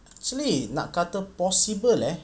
actually nak kata possible eh